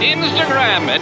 Instagram